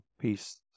Peace